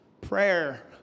prayer